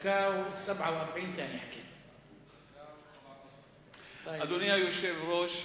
אדוני היושב-ראש,